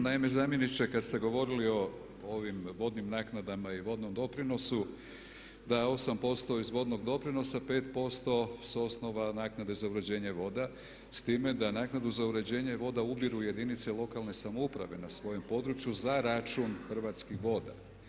Naime, zamjeniče kad ste govorili o ovim vodnim naknadama i vodnom doprinosu da 8% iz vodnog doprinosa, 5% s osnova naknade za uređenje voda, s time da naknadu za uređenje voda ubiru jedinice lokalne samouprave na svojem području za račun Hrvatskih voda.